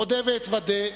אודה ואתוודה,